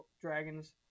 dragons